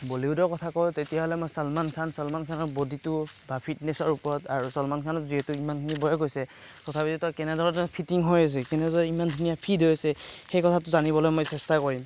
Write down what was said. বলিউডৰ কথা কওঁ তেতিয়া হ'লে মই চালমান খান চালমান খানৰ ব'ডিটো বা ফিটনেচৰ ওপৰত আৰু চলমান খানৰ যিহেতু ইমানখিনি বয়স হৈছে তথাপিও তাক কেনে ধৰণৰ ফিটিং হৈ আছে কেনেদৰে ইমান ধুনীয়া ফিট হৈ আছে সেই কথাটো জানিবলৈ মই চেষ্টা কৰিম